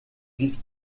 vice